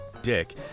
dick